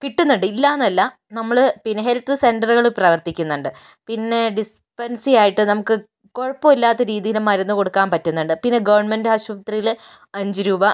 കിട്ടുന്നുണ്ട് ഇല്ലയെന്നല്ല നമ്മൾ പിന്നെ ഹെൽത്ത് സെൻറ്ററുകൾ പ്രവർത്തിക്കുന്നുണ്ട് പിന്നെ ഡിസ്പൻസി ആയിട്ട് നമുക്ക് കുഴപ്പമില്ലാത്ത രീതിയിൽ മരുന്ന് കൊടുക്കാൻ പറ്റുന്നുണ്ട് പിന്നെ ഗവൺമെൻറ് ആശുപത്രിയിൽ അഞ്ച് രൂപ